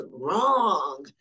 wrong